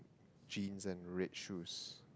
jeans and red shoes